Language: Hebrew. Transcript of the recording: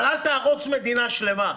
אבל אל תהרסו מדינה שלמה.